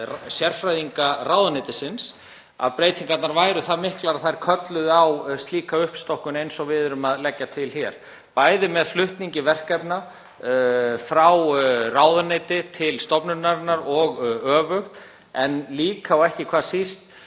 sérfræðinga ráðuneytisins að breytingarnar væru það miklar að þær kölluðu á slíka uppstokkun eins og við erum að leggja til hér, bæði með flutningi verkefna frá ráðuneyti til stofnunarinnar og öfugt. En líka og ekki hvað síst